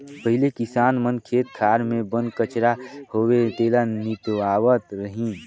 पहिले किसान मन खेत खार मे बन कचरा होवे तेला निंदवावत रिहन